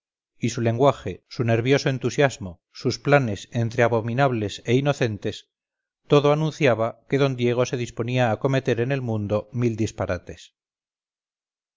y su lenguaje su nervioso entusiasmo sus planes entre abominables e inocentes todo anunciaba que don diego se disponía a cometer en el mundo mil disparates